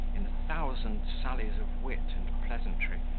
in a thousand sallies of wit and pleasantry,